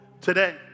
today